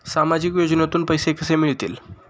सामाजिक योजनेतून पैसे कसे मिळतील?